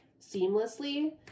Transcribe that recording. seamlessly